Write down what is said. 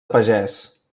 pagès